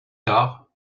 tard